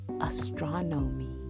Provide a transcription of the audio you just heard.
Astronomy